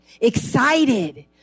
excited